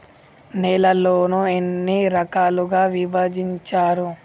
నేలలను ఎన్ని రకాలుగా విభజించారు?